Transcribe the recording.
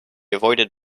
avoided